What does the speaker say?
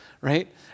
right